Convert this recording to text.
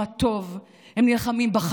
הם נלחמים בשמו הטוב,